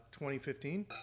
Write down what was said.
2015